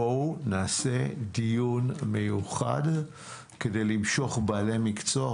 בואו נקיים דיון מיוחד כדי למשוך בעלי מקצוע,